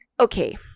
okay